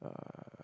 uh